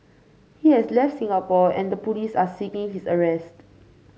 he has left Singapore and the police are seeking his arrest